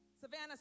Savannah